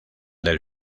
del